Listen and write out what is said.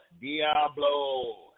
Diablo